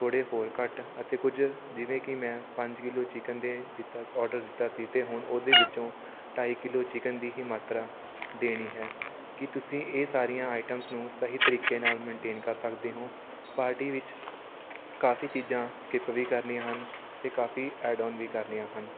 ਥੋੜ੍ਹੇ ਹੋਰ ਘੱਟ ਅਤੇ ਕੁਝ ਜਿਵੇਂ ਕਿ ਮੈਂ ਪੰਜ ਕਿਲੋ ਚਿਕਨ ਦੇ ਦਿੱਤਾ ਔਡਰ ਦਿੱਤਾ ਸੀ ਅਤੇ ਹੁਣ ਉਹਦੇ ਵਿੱਚੋਂ ਢਾਈ ਕਿਲੋ ਚਿਕਨ ਦੀ ਹੀ ਮਾਤਰਾ ਦੇਣੀ ਹੈ ਕੀ ਤੁਸੀਂ ਇਹ ਸਾਰੀਆਂ ਆਈਟਮਸ ਨੂੰ ਸਹੀ ਤਰੀਕੇ ਨਾਲ ਮੈਨਟੇਨ ਕਰ ਸਕਦੇ ਹੋ ਪਾਰਟੀ ਵਿੱਚ ਕਾਫੀ ਚੀਜ਼ਾਂ ਸਕਿੱਪ ਵੀ ਕਰਨੀਆਂ ਹਨ ਅਤੇ ਕਾਫੀ ਐਡ ਔਨ ਵੀ ਕਰਨੀਆਂ ਹਨ